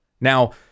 Now